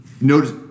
notice